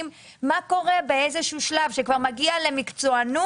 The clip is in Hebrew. מה קורה באיזשהו שלב שכבר מגיע למקצוענות,